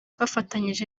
bafatanyije